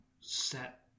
set